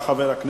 של חבר הכנסת